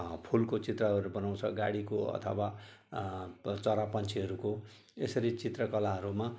फुलको चित्रहरू बनाउँछ गाडीको अथवा चरा पक्षीहरूको यसरी चित्रकलाहरूमा